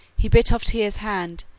he bit off tyr's hand,